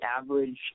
average